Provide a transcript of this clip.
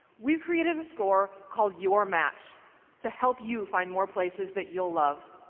we've created a score called your match to help you find more places that you'll love.